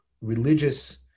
religious